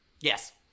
Yes